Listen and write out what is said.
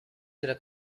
serà